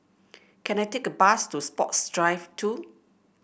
can I take a bus to Sports Drive Two